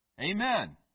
Amen